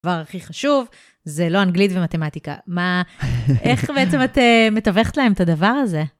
הדבר הכי חשוב זה לא אנגלית ומתמטיקה. מה, איך בעצם את מתווכת להם את הדבר הזה?